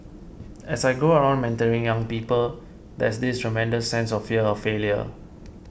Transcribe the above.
as I go around mentoring young people there's this tremendous sense of fear of failure